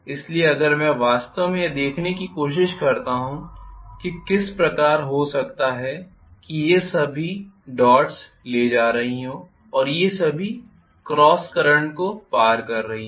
इसलिए अगर मैं वास्तव में यह देखने की कोशिश करता हूं कि किस प्रकार हो सकता है कि ये सभी चीजें डॉट्स ले जा रही हों और ये सभी चीजें क्रॉस करंट को पार कर रही हों